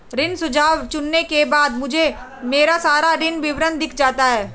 ऋण सुझाव चुनने के बाद मुझे मेरा सारा ऋण विवरण दिख जाता है